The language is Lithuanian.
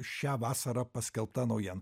šią vasarą paskelbta naujiena